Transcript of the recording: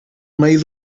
meio